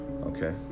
Okay